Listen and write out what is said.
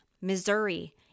Missouri